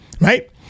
right